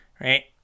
Right